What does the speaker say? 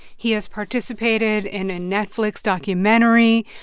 he has participated in a netflix documentary.